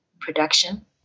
production